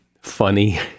funny